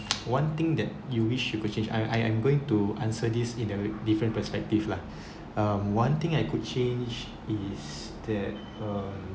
one thing that you wish you could change I I am going to answer this in a different perspective lah um one thing I could change is that um